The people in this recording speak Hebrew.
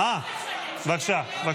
בבקשה.